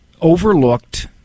overlooked